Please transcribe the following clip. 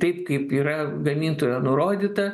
taip kaip yra gamintojo nurodyta